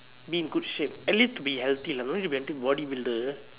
be in good shape at least to be healthy lah don't need to be until a body builder